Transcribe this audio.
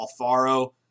Alfaro